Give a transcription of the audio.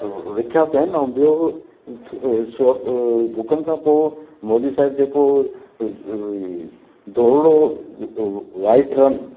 विख्यात आहिनि ऐं ॿियो सप भूकंप खां पोइ मोदी साहिब जेको धोरणो वाइट रन